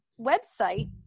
website